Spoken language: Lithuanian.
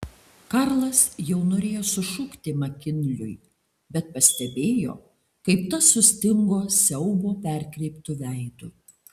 karlas jau norėjo sušukti makinliui bet pastebėjo kaip tas sustingo siaubo perkreiptu veidu